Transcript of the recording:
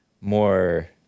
more